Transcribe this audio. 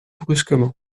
brusquement